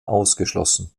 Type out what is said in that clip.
ausgeschlossen